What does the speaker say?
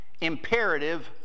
imperative